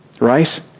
right